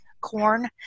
corn